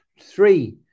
Three